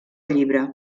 llibre